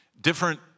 different